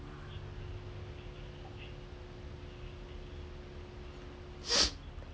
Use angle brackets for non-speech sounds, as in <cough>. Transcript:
<noise>